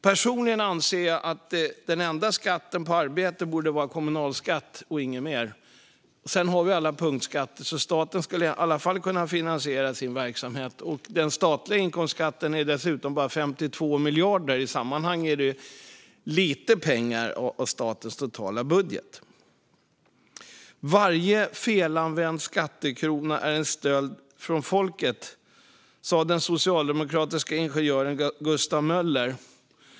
Personligen anser jag att den enda skatten på arbete borde vara kommunalskatt och inget mer. Sedan har vi alla punktskatter, så staten skulle i alla fall kunna finansiera sin verksamhet. Den statliga inkomstskatten är dessutom bara 52 miljarder, vilket i sammanhanget är en mycket liten del av statens totala budget. Varje felanvänd skattekrona är en stöld från folket, ska den socialdemokratiske ingenjören Gustav Möller ha sagt.